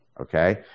Okay